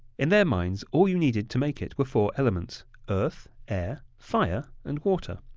in their minds, all you needed to make it were four elements earth, air, fire, and water.